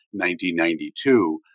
1992